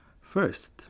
First